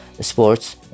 sports